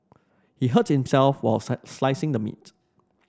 he hurt himself while slicing the meat